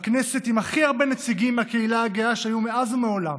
בכנסת עם הכי הרבה נציגים מהקהילה הגאה שהיו מאז ומעולם: